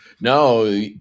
No